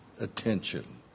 attention